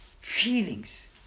Feelings